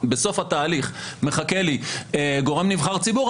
התהליך מחכה לי גורם נבחר ציבור,